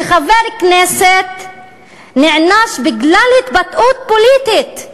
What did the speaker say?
שחבר הכנסת נענש בגלל התבטאות פוליטית,